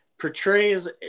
portrays